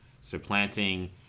supplanting